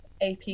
AP